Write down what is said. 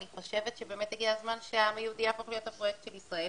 אני חושבת שבאמת הגיע הזמן שהעם היהודי יהפוך להיות הפרויקט של ישראל